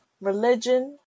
religion